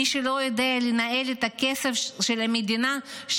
מי שלא יודע לנהל את הכסף של המדינה,